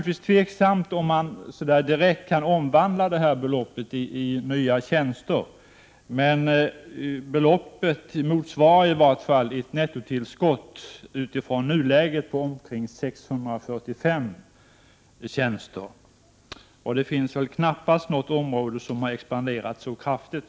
Det är tveksamt om detta belopp direkt kan omvandlas i nya tjänster, men beloppet motsvarar i vart fall ett nettotillskott på omkring 645 tjänster, om man jämför med nuläget. Det finns väl knappast något annat område som har expanderat så kraftigt.